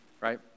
right